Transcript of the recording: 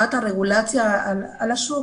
הרגולציה על השוק.